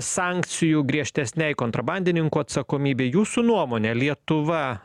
sankcijų griežtesnei kontrabandininkų atsakomybei jūsų nuomonė lietuva